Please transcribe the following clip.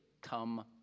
come